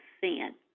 sin